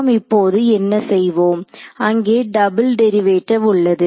நாம் இப்போது என்ன செய்வோம் அங்கே டபிள் டெரிவேட்டிவ் உள்ளது